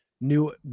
new